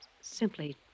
simply